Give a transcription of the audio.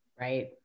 Right